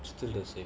still the same